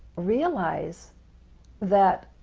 realize that